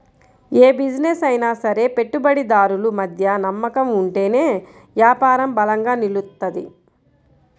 యే బిజినెస్ అయినా సరే పెట్టుబడిదారులు మధ్య నమ్మకం ఉంటేనే యాపారం బలంగా నిలుత్తది